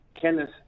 Kenneth